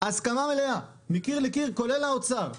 הסכמה מקיר לקיר, כולל האוצר.